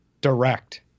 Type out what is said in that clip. direct